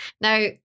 Now